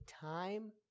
time